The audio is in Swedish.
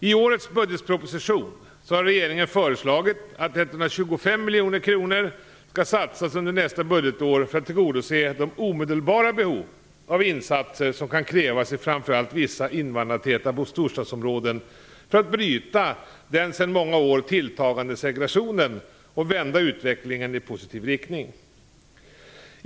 I årets budgetproposition har regeringen föreslagit att 125 miljoner kronor skall satsas under nästa budgetår för att tillgodose de omedelbara behov av insatser som kan krävas i framför allt vissa invandrartäta storstadsområden för att bryta den sedan många år tilltagande segregationen och vända utvecklingen i positiv riktning.